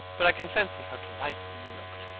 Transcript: but i can fancy how delightful you looked.